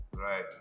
Right